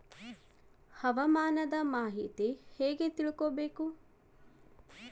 ಹವಾಮಾನದ ಮಾಹಿತಿ ಹೇಗೆ ತಿಳಕೊಬೇಕು?